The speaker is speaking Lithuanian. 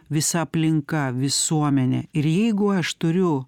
visa aplinka visuomenė ir jeigu aš turiu